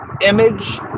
image